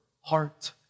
heart